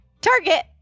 target